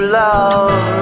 love